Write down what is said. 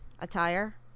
attire